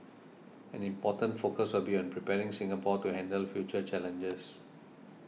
an important focus will be on preparing Singapore to handle future challenges